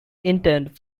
intend